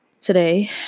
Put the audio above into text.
today